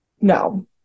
No